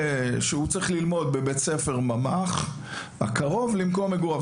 שהוא צריך ללמוד בבית ספר ממ"ח הקרוב למקום מגוריו.